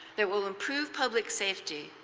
that will improve public safety,